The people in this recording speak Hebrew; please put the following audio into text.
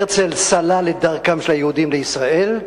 הרצל סלל את דרכם של היהודים לישראל,